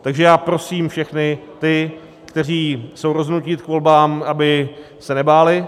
Takže já prosím všechny ty, kteří jsou rozhodnuti jít k volbám, aby se nebáli.